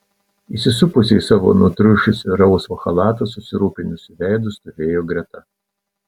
įsisupusi į savo nutriušusį rausvą chalatą susirūpinusiu veidu stovėjo greta